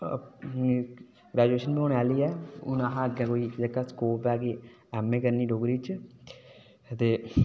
graduation बी होने आह्ली ऐ हुन अग्गैं कोई जेह्का स्कोप ऐ एम ए करनी डोगरी च ते